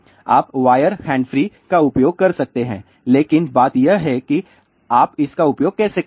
आप wire hand free का उपयोग कर सकते हैं लेकिन बात यह है कि आप इसका उपयोग कैसे कर रहे हैं